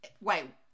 wait